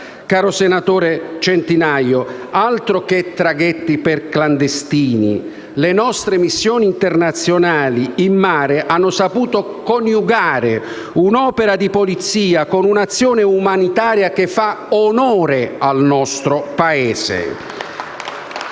Caro senatore Centinaio, altro che traghetti per clandestini: le nostre missioni internazionali in mare hanno saputo coniugare un'opera di polizia con un'azione umanitaria che fa onore al nostro Paese.